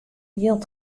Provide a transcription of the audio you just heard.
jild